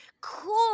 cool